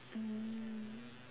mm